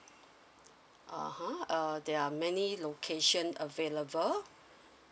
(uh huh) uh there are many location available